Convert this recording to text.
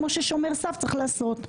כמו ששומר סף צריך לעשות.